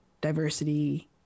diversity